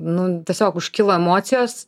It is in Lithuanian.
nu tiesiog užkilo emocijos